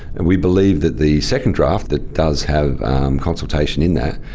and we believe that the second draft, that does have consultation in that,